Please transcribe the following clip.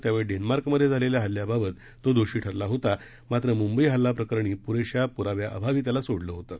त्यावेळी डेन्मार्क मधे झालेल्या हल्ल्याबाबत तो दोषी ठरला होता मात्र मुंबई हल्ला प्रकरणी पुरेशा पुराव्याअभावी त्याला सोडलं होतं